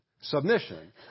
Submission